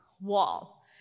wall